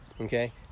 okay